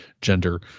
gender